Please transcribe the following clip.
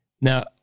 Now